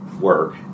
work